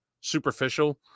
superficial